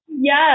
Yes